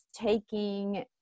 taking